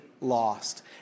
lost